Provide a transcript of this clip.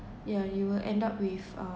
yeah you will end up with uh